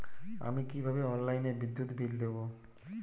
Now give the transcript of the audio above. আমি কিভাবে অনলাইনে বিদ্যুৎ বিল দেবো?